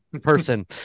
person